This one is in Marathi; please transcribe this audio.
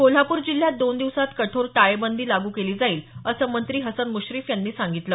कोल्हापूर जिल्ह्यात दोन दिवसांत कठोर टाळेबंदी लागू केली जाईल असं मंत्री हसन मुश्रीफ यांनी सांगितलं